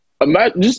imagine